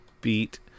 beat